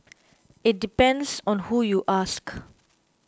it depends on who you ask